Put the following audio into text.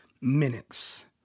minutes